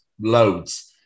loads